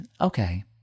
okay